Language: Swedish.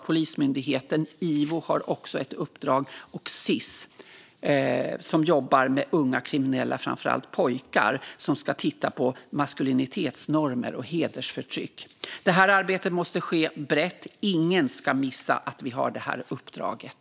Polismyndigheten och IVO har också ett uppdrag, liksom Sis som jobbar med unga kriminella, framför allt pojkar, och ska titta på maskulinitetsnormer och hedersförtryck. Det här arbetet måste ske brett. Ingen ska missa att vi har det här uppdraget.